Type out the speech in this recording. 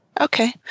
Okay